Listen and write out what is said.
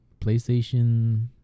PlayStation